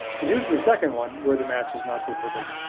and here's the second one where the match is not so perfect.